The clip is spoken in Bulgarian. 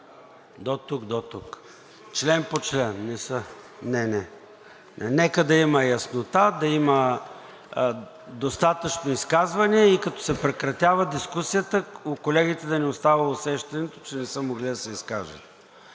представител Хамид Хамид.) Не, не. Нека да има яснота, да има достатъчно изказвания и като се прекратява дискусията, в колегите да не остава усещането, че не са могли да се изкажат.